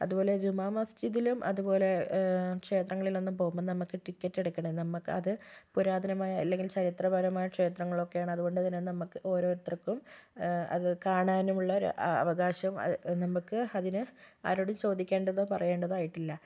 അത്പോലെ ജുമാ മസ്ജിദിലും അതുപോലെ ക്ഷേത്രങ്ങളിലൊന്നും പോകുമ്പം നമുക്ക് ടിക്കറ്റെടുക്കണ നമുക്കത് പുരാതനമായ അല്ലെങ്കിൽ ചരിത്രപരമായ ക്ഷേത്രങ്ങളൊക്കെയാണ് അതുകൊണ്ടതിന് നമുക്ക് ഓരോർത്തർക്കും അത് കാണാനുമുള്ളൊരു അവകാശം നമുക്ക് അതിന് ആരോടും ചോദിക്കേണ്ടതോ പറയേണ്ടതോ ആയിട്ടില്ല